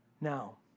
Now